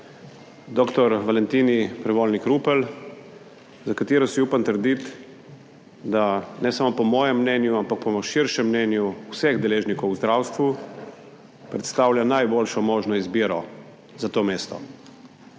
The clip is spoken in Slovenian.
dr. Valentini Prevolnik Rupel, za katero si upam trditi, da ne samo, po mojem mnenju, ampak po širšem mnenju vseh deležnikov v zdravstvu predstavlja najboljšo možno izbiro za to mesto.